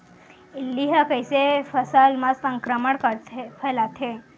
इल्ली ह कइसे फसल म संक्रमण फइलाथे?